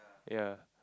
ya